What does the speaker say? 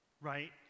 right